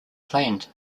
planned